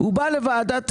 הוא בא לוועדת הכספים.